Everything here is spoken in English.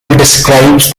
describes